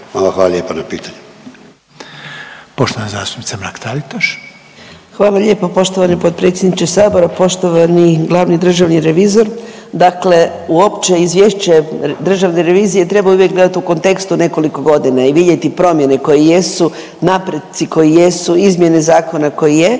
Mrak-Taritaš. **Mrak-Taritaš, Anka (GLAS)** Hvala lijepo poštovani potpredsjedniče sabora. Poštovani glavni državni revizor, dakle uopće izvješće Državne revizije treba uvijek gledati u kontekstu nekoliko godina i vidjeti promjene koje jesu, napreci koji jesu, izmjene zakona koji je,